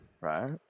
Right